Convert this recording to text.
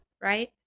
right